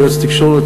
יועץ תקשורת,